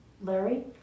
Larry